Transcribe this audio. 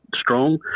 strong